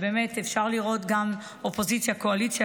שבאמת אפשר לראות גם אופוזיציה וקואליציה,